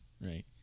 Right